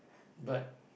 but